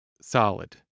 solid